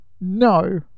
No